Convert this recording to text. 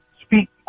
speak